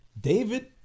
David